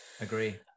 agree